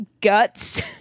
guts